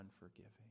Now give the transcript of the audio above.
unforgiving